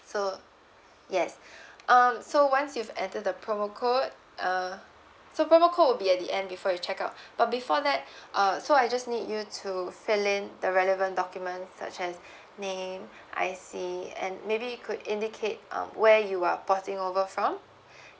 so yes um so once you've added the promo code uh so promo code will be at the end before you check out but before that uh so I just need you to fill in the relevant documents such as name I_C and maybe you could indicate um where you are porting over from